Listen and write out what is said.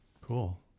Cool